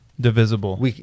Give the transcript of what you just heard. divisible